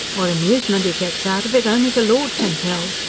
what amusement e gets out of it, only the lord can tell.